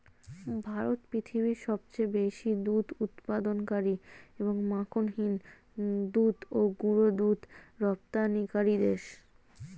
ভারত পৃথিবীর সবচেয়ে বেশি দুধ উৎপাদনকারী এবং মাখনহীন দুধ ও গুঁড়ো দুধ রপ্তানিকারী দেশ